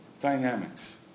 dynamics